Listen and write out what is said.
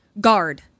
Guard